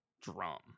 drum